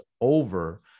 over